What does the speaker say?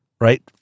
right